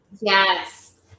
Yes